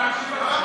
מה אתה אמרת?